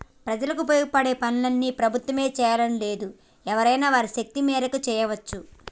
ప్రజలకు ఉపయోగపడే పనులన్నీ ప్రభుత్వమే చేయాలని లేదు ఎవరైనా వారి శక్తి మేరకు చేయవచ్చు